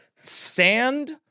sand